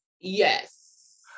Yes